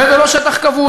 וזה לא שטח כבוש,